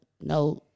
No